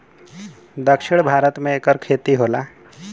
दक्षिण भारत मे एकर खेती होला